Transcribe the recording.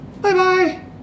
Bye-bye